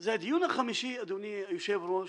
זה הדיון החמישי, אדוני היושב-ראש